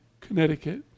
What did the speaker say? Connecticut